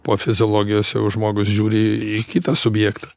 po fiziologijos jau žmogus žiūri į kitą subjektą